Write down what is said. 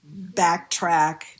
backtrack